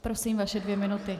Prosím, vaše dvě minuty.